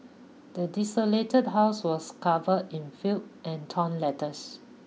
the desolated house was covered in filth and torn letters